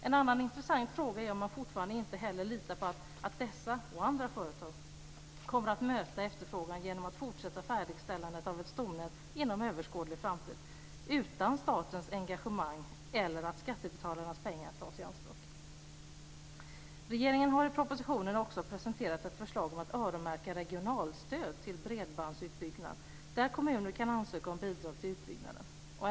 En annan intressant fråga är om man fortfarande inte litar på att dessa och andra företag kommer att möta efterfrågan genom att fortsätta färdigställandet av ett stomnät inom överskådlig framtid utan statens engagemang eller genom att ta skattebetalarnas pengar i anspråk. Regeringen har i propositionen också presenterat ett förslag om att öronmärka regionalstöd till bredbandsutbyggnad där kommuner kan ansöka om bidrag till utbyggnaden.